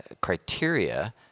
criteria